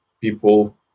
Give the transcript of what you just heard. people